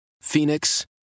Phoenix